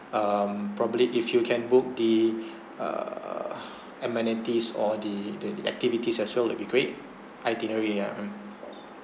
um probably if you can book the err amenities or the the the activities as well it'll be great itinerary yeah mm